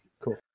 cool